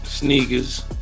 Sneakers